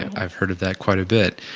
i've heard of that quite a bit.